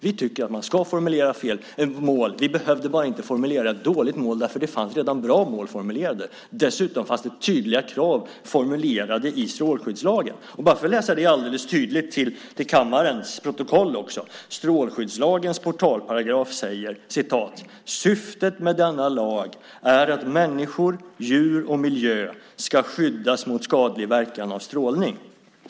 Vi tycker att man ska formulera mål. Vi behövde bara inte formulera ett dåligt mål, för det fanns redan bra mål formulerade. Dessutom fanns det tydliga krav formulerade i strålskyddslagen. För att det ska vara alldeles tydligt ska jag läsa in det i kammarens protokoll. Strålskyddslagens portalparagraf säger: "Syftet med denna lag är att människor, djur och miljö skall skyddas mot skadlig verkan av strålning."